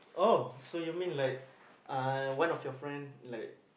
oh so you mean like uh one of your friend like